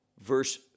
verse